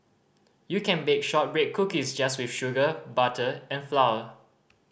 you can bake shortbread cookies just with sugar butter and flour